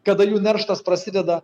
kada jų nerštas prasideda